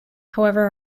however